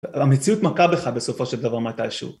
המציאות מכה בך בסופו של דבר מתי שוב